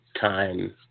time